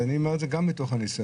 אני אומר את זה גם מתוך הניסיון.